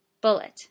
bullet